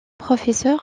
professeur